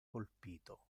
colpito